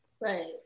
right